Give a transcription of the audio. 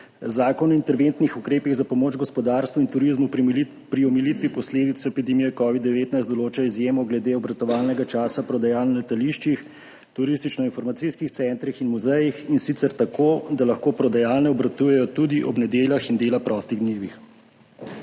Zakon o interventnih ukrepih za pomoč gospodarstvu in turizmu pri omilitvi posledic epidemije COVID-19 določa izjemo glede obratovalnega časa prodajaln na letališčih, turističnoinformacijskih centrih in muzejih, in sicer tako, da lahko prodajalne obratujejo tudi ob nedeljah in dela prostih dnevih.